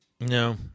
No